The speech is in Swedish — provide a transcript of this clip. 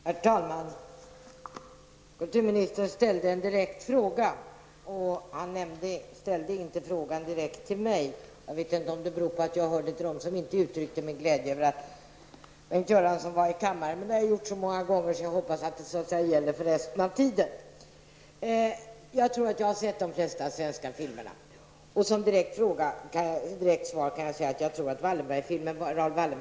Herr talman! Kulturministern ställde en direkt fråga till oss. Han ställde inte frågan direkt till mig, vilket kanske beror på att jag tillhör dem som inte uttryckte min glädje över att Bengt Göransson var närvarande i kammaren. Men det har jag gjort så många gånger tidigare att jag hoppas att det så att säga gäller för resten av tiden. Jag tror att jag har sett de flesta svenska filmer. Som direkt svar kan jag ange Wallenbergfilmen som den bästa.